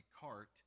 cart